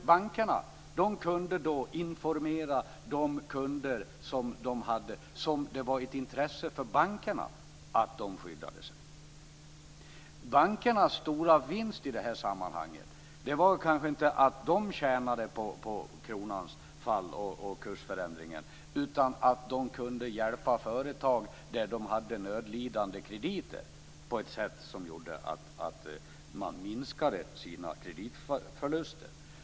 Bankerna kunde då informera de kunder som det var av intresse för bankerna att de skyddade sig. Bankernas stora vinst i sammanhanget var kanske inte att de tjänade på kronans fall och på kursförändringen, utan den stora vinsten var att de kunde hjälpa företag där det fanns nödlidande krediter på ett sådant sätt att man minskade sina kreditförluster.